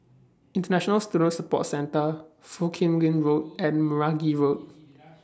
International Student Support Centre Foo Kim Lin Road and Meragi Road